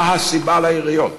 מה הסיבה ליריות?